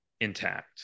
intact